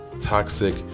toxic